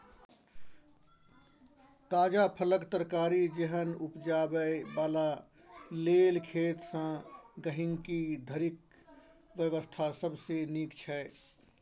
ताजा फल, तरकारी जेहन उपजाबै बला लेल खेत सँ गहिंकी धरिक व्यवस्था सबसे नीक छै